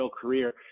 career